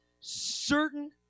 certain